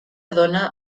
dona